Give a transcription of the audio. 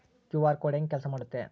QR code ಹೆಂಗ ಕೆಲಸ ಮಾಡುತ್ತೆ?